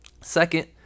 second